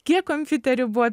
kiek kompiuterių buvo